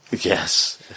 Yes